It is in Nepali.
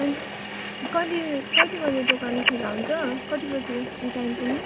अनि कहिले कहिले कहिले दोकान खुल्ला हुन्छ कति बजी टाइम पनि